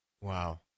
Wow